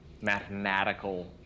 mathematical